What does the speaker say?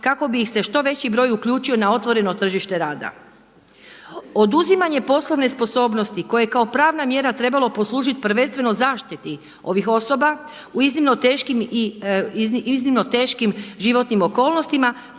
kako bi ih se što veći broj uključio na otvoreno tržište rada. Oduzimanje poslovne sposobnosti koje je kao pravna mjera trebalo poslužiti prvenstveno zaštiti ovih osoba u iznimno teškim, iznimno teškim